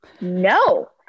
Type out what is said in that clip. no